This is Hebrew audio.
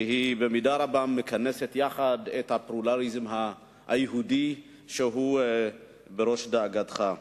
שהיא במידה רבה מכנסת יחד את הפלורליזם היהודי שהוא בראש דאגתך.